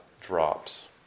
drops